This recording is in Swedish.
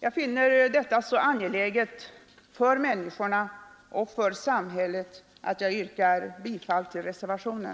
Jag finner detta så angeläget för människorna och samhället, att jag yrkar bifall till reservationen.